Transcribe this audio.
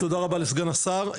תודה רבה לסגן השר,